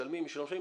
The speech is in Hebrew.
משלמים משלוחים,